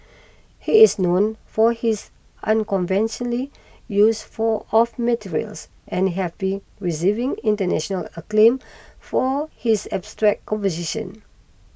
he is known for his unconventionally use for of materials and have been receiving international acclaim for his abstract composition